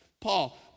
Paul